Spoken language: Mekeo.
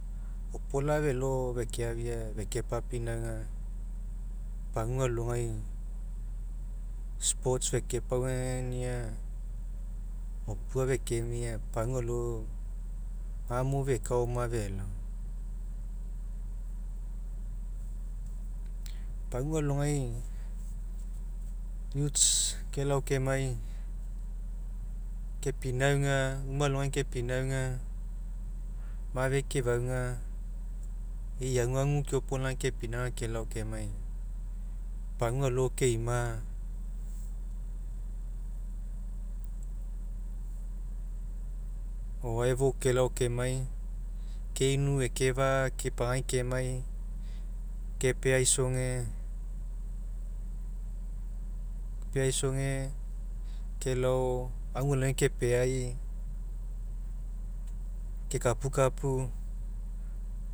Aopola felo fekeafia fekepapinauga pagua alogai sports feke pauegenia opua fekemia pagua alo gaa mo feka oma felao. Pagua alogai youths kelao kemai kepinauga, una alogai kepinauga mafe kefauga e'i aguagu keopolaga kepinauga kelao kemai pagua alo keima o'oae fou kelao kemai keinu ekefa'a kepagai kemai kepeaisoge, kepeaisoge kelao agoalogai kepeai kekapukapau.